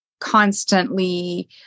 constantly